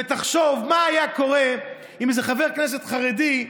ותחשוב מה היה קורה אם איזה חבר כנסת חרדי,